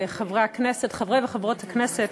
חברי וחברות הכנסת,